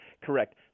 correct